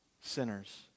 sinners